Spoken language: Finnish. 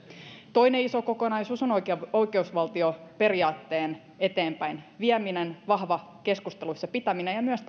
toinen iso kokonaisuus on oikeusvaltioperiaatteen eteenpäinvieminen vahva keskusteluissa pitäminen ja myös